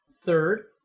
third